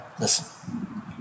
listen